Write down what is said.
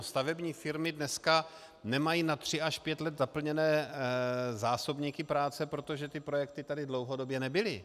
Stavební firmy dneska nemají na tři až pět zaplněné zásobníky práce, protože ty projekty tady dlouhodobě nebyly.